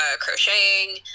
crocheting